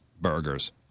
burgers